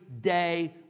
day